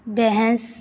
ਬਹਿਸ